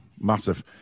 massive